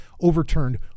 overturned